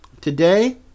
today